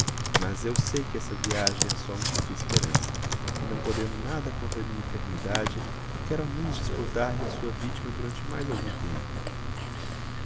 mas eu sei que essa viagem é a sua única esperança que não podendo nada contra a minha enfermidade quer ao menos disputar lhe a sua vítima durante mais algum tempo